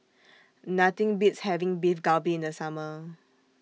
Nothing Beats having Beef Galbi in The Summer